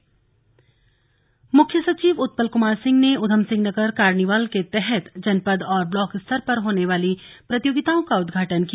मुख्य सचिव रुद्रपुर मुख्य सचिव उत्पल कुमार सिंह ने उधम सिंह नगर कार्निवाल के तहत जनपद और ब्लॉक स्तर पर होने वाली प्रतियोगिताओं का उद्घाटन किया